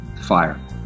fire